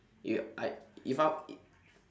you I if I i~